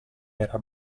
era